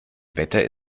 wetter